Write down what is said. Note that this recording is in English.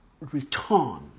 return